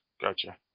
Gotcha